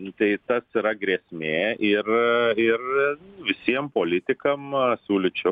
kai tas yra grėsmė ir ir visiem politikam siūlyčiau